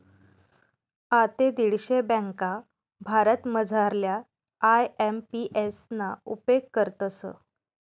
आते दीडशे ब्यांका भारतमझारल्या आय.एम.पी.एस ना उपेग करतस